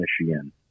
Michigan